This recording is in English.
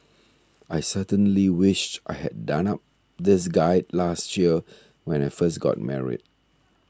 I certainly wish I had done up this guide last year when I first got married